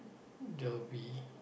there'll be